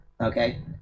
okay